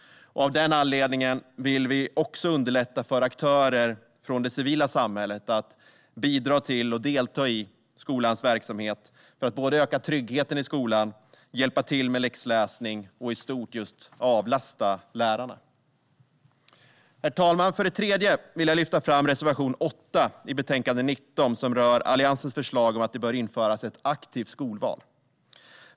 Av den anledningen vill vi också underlätta för aktörer från det civila samhället att bidra till och delta i skolans verksamhet när det gäller att öka tryggheten i skolan, hjälpa till med läxläsning och i stort just avlasta lärarna. Herr talman! Jag vill också lyfta fram reservation 8 i betänkande 19, som rör Alliansens förslag om att det ska införas ett aktivt skolval.